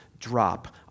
drop